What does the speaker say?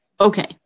Okay